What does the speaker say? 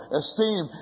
esteem